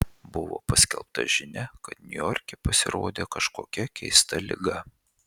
buvo paskelbta žinia kad niujorke pasirodė kažkokia keista liga